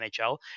nhl